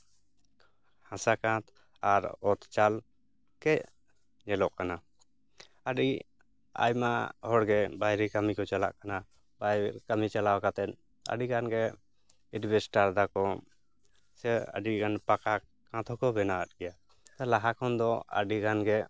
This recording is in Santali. ᱦᱟᱥᱟ ᱠᱟᱸᱛ ᱟᱨ ᱚᱛ ᱪᱟᱞ ᱜᱮ ᱧᱮᱞᱚᱜ ᱠᱟᱱᱟ ᱟᱹᱰᱤ ᱟᱭᱢᱟ ᱦᱚᱲᱜᱮ ᱵᱟᱭᱨᱮ ᱠᱟᱹᱢᱤ ᱠᱚ ᱪᱟᱞᱟᱜ ᱠᱟᱱᱟ ᱵᱟᱭᱨᱮ ᱠᱟᱹᱢᱤ ᱪᱟᱞᱟᱣ ᱠᱟᱛᱮᱫ ᱟᱹᱰᱤ ᱜᱟᱱᱜᱮ ᱮᱰᱵᱮᱥᱴᱟᱨ ᱫᱟᱠᱚ ᱥᱮ ᱟᱹᱰᱤ ᱜᱟᱱ ᱯᱟᱠᱟ ᱠᱟᱸᱛ ᱦᱚᱸᱠᱚ ᱵᱮᱱᱟᱣᱮᱫ ᱜᱮᱭᱟ ᱞᱟᱦᱟ ᱠᱷᱚᱱ ᱫᱚ ᱟᱹᱰᱤ ᱜᱟᱱᱜᱮ